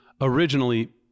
originally